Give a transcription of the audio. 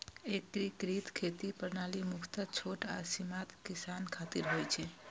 एकीकृत खेती प्रणाली मुख्यतः छोट आ सीमांत किसान खातिर होइ छै